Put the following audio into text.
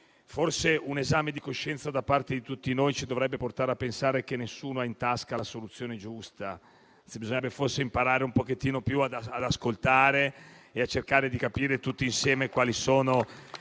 forse un esame di coscienza, da parte di tutti noi, ci dovrebbe portare a pensare che nessuno ha in tasca la soluzione giusta. Bisognerebbe forse imparare ad ascoltare un po' di più e a cercare di capire tutti insieme quali sono le misure